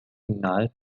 signal